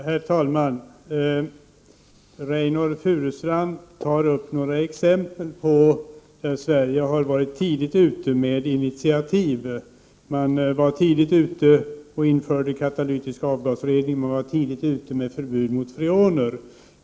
Herr talman! Reynoldh Furustrand tar upp några exempel på tillfällen när Sverige har varit tidigt ute med initiativ. Sverige var tidigt ute och införde katalytisk avgasrening och tidigt ute med förbud mot freoner.